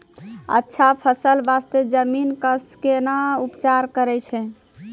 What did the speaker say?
अच्छा फसल बास्ते जमीन कऽ कै ना उपचार करैय छै